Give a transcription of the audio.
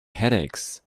headaches